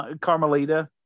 carmelita